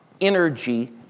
energy